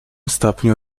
stopniu